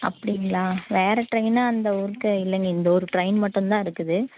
அப்படிங்களா வேறு ட்ரைனு அந்த ஊருக்கு இல்லைங்க இந்த ஒரு ட்ரைன் மட்டும்தான் இருக்குது